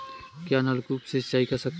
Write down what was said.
क्या नलकूप से सिंचाई कर सकते हैं?